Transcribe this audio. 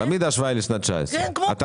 תמיד ההשוואה היא לשנת 19'. גלעד,